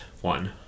one